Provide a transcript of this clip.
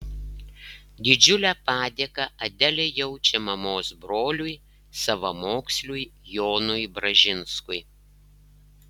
didžiulę padėką adelė jaučia mamos broliui savamoksliui jonui bražinskui